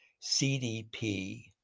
CDP